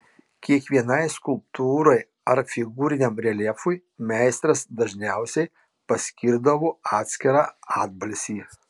kiekvienai skulptūrai ar figūriniam reljefui meistras dažniausiai paskirdavo atskirą atbalsį